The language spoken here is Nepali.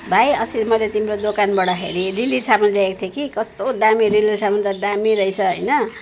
भाइ अस्ति मैले तिम्रो दोकानबाट हेरी लिरिल साबुन लगेको थिएँ कि कस्तो दामी लिरिल साबुन त दामी रहेछ हैन